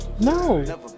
No